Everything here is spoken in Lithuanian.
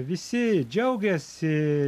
visi džiaugėsi